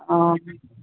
অ